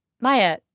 Maya